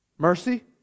Mercy